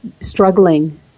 struggling